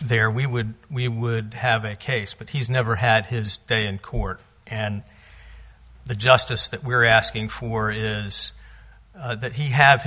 there we would we would have a case but he's never had his day in court and the justice that we're asking for is that he have